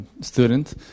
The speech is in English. student